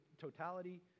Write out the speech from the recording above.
totality